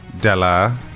Della